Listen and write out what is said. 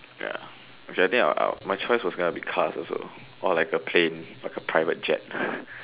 ya which I think I I my choice was going to be cars also or like a plane a private jet